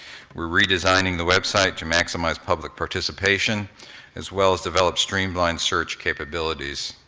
we're redesigning the website to maximize public participation as well as develop streamlined search capabilities.